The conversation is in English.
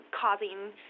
causing